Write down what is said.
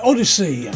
Odyssey